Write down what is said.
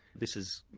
this is,